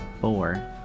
four